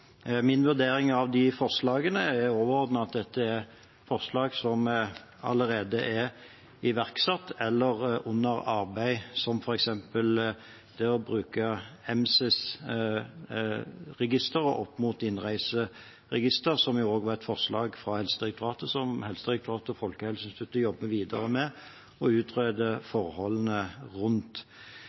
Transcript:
Min vurdering av de forslagene er overordnet at dette er forslag som allerede er iverksatt eller er under arbeid, som f.eks. det å bruke MSIS-registeret opp mot innreiseregisteret, som jo også var et forslag fra Helsedirektoratet, og som Helsedirektoratet og Folkehelseinstituttet jobber videre med å utrede forholdene rundt.